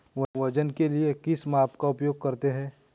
वजन के लिए किस माप का उपयोग करते हैं?